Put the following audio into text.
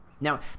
Now